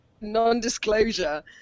Non-disclosure